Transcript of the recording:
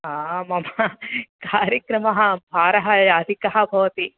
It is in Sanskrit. आ मम कार्यक्रमः भारः अधिक भवति